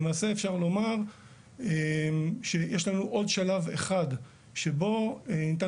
למעשה אפשר לומר שיש לנו עוד שלב אחד שבו ניתן